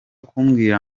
kumbwira